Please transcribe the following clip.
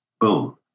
Boom